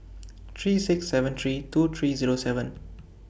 three six seven three two three Zero seven